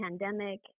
pandemic